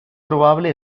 probable